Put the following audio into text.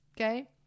Okay